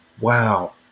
wow